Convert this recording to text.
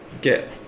get